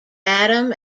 adam